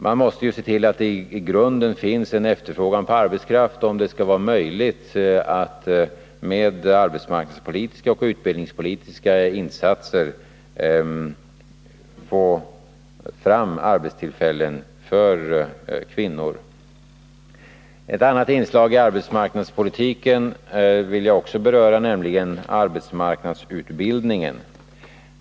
Man måste ju se till att det i grunden finns en efterfrågan på arbetskraft, om det skall vara möjligt att med arbetsmarknadspolitiska och utbildningspolitiska insatser få fram arbetstillfällen för kvinnor. Ett annat inslag i arbetsmarknadspolitiken vill jag också beröra, nämligen arbetsmarknadsutbildningen.